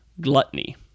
Gluttony